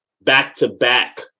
back-to-back